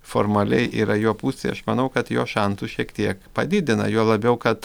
formaliai yra jo pusėj aš manau kad jo šansus šiek tiek padidina juo labiau kad